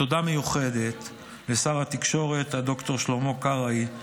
תודה מיוחדת לשר התקשורת הד"ר שלמה קרעי,